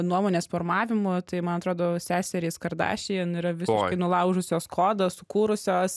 nuomonės formavimu tai man atrodo seserys kardašian yra visiškai nulaužusios kodą sukūrusios